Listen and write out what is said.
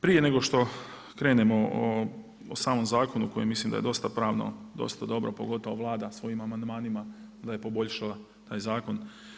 Prije nego što krenemo o samom zakonu koji mislim da je dosta pravno, dosta dobro, pogotovo Vlada svojim amandmanima da je poboljšala taj zakon.